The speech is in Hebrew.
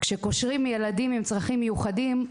כשקושרים ילדים עם צרכים מיוחדים,